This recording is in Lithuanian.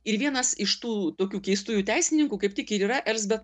ir vienas iš tų tokių keistųjų teisininkų kaip tik ir yra elzbet